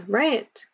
right